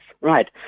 Right